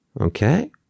Okay